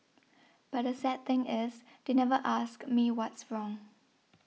but the sad thing is they never asked me what's wrong